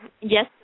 Yes